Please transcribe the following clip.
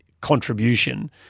contribution